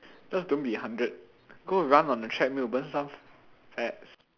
just don't be hundred go and run on the treadmill burn some fats